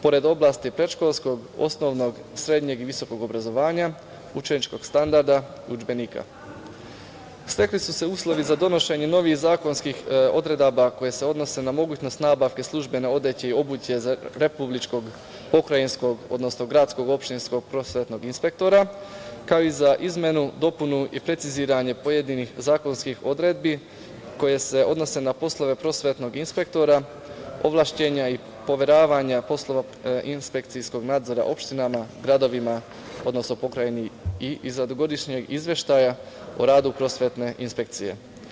Pored oblasti predškolskog, osnovnog, srednjeg i visokog obrazovanja, učeničkog standarda, udžbenika, stekli su se uslovi za donošenje novih zakonskih odredaba koje se odnose na mogućnost nabavke službene odeće i obuće za republičkog, pokrajinskog, odnosno gradskog, opštinskog inspektora, kao i za izmenu, dopunu i preciziranje pojedinih zakonskih odredbi koje se odnose na poslove prosvetnog inspektora, ovlašćenja i poveravanja poslova inspekcijskog nadzora u opštinama, gradovima, odnosno Pokrajini i izradu godišnjeg izveštaja o radu prosvetne inspekcije.